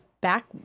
Back